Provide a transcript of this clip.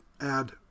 add